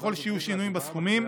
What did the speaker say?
ככל שיהיו שינויים בסכומים,